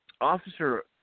Officer